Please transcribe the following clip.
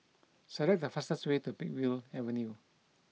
select the fastest way to Peakville Avenue